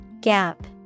Gap